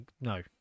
No